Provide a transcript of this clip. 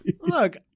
Look